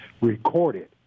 recorded